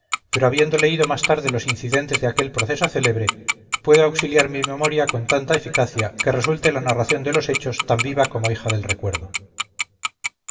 pero habiendo leído más tarde los incidentes de aquel proceso célebre puedo auxiliar mi memoria con tanta eficacia que resulte la narración de los hechos tan viva como hija del recuerdo